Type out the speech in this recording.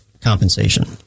compensation